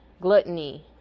gluttony